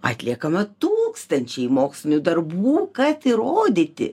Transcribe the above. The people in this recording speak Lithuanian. atliekama tūkstančiai mokslinių darbų kad įrodyti